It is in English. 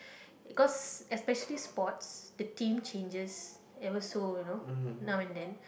cause especially sports the team changes ever so you know now and then